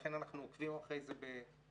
ולכן אנחנו עוקבים אחרי זה באדיקות.